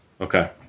okay